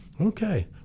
Okay